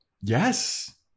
Yes